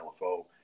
LFO